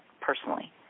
personally